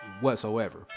whatsoever